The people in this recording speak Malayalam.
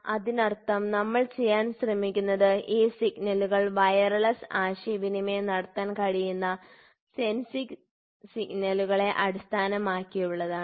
അതിനർത്ഥം നമ്മൾ ചെയ്യാൻ ശ്രമിക്കുന്നത് ഈ സിഗ്നലുകൾ വയർലെസ് ആശയവിനിമയം നടത്താൻ കഴിയുന്ന സെൻസിംഗ് സിഗ്നലുകളെ അടിസ്ഥാനമാക്കിയുള്ളതാണ്